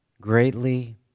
greatly